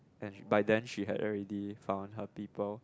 and sh~ by then she had already found her people